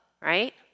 right